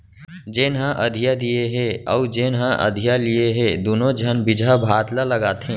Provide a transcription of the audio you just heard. जेन ह अधिया दिये हे अउ जेन ह अधिया लिये हे दुनों झन बिजहा भात ल लगाथें